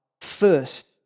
first